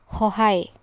সহায়